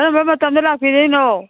ꯀꯔꯝꯕ ꯃꯇꯝꯗ ꯂꯥꯛꯄꯤꯗꯣꯏꯅꯣ